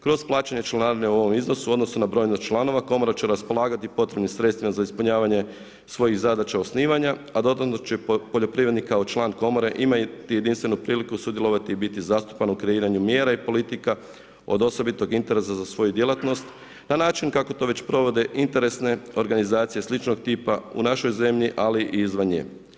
Kroz plaćanje članarine o ovom iznosu u odnosu na brojnost članova, komora će raspolagati potrebnim sredstvima za ispunjavanje svojih zadaća osnivanja a dodatno će poljoprivrednik kao član komore imati jedinstvenu priliku sudjelovati u biti zastupan u kreiranju mjera i politika od osobitog interesa za svoju djelatnost na način kako to već provode interesne organizacije sličnog tipa u našoj zemlji ali i izvan nje.